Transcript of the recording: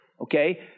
okay